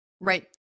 right